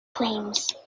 claims